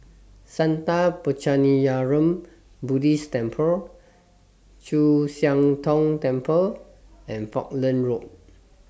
Sattha Puchaniyaram Buddhist Temple Chu Siang Tong Temple and Falkland Road